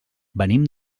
venim